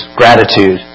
gratitude